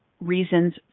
reasons